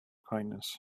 kindness